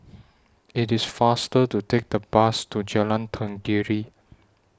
IT IS faster to Take The Bus to Jalan Tenggiri